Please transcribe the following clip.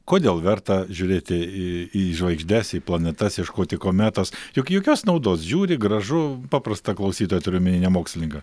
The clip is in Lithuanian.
kodėl verta žiūrėti į į žvaigždes į planetas ieškoti kometos juk jokios naudos žiūri gražu paprastą klausytoją turiu omeny ne mokslininką